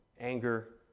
anger